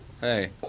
hey